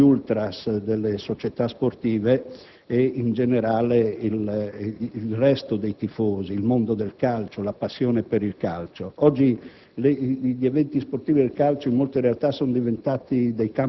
rapporto «delittuoso» tra i *fan*, gli ultras delle società sportive e in generale il resto dei tifosi, il mondo del calcio e la passione per esso. Oggi